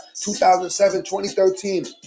2007-2013